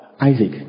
Isaac